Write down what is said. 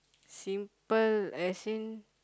simple as in